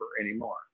anymore